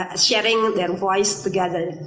ah sharing their voice together.